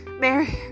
Mary